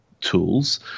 tools